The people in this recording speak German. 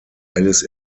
alice